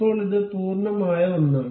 ഇപ്പോൾ ഇത് പൂർണ്ണമായ ഒന്നാണ്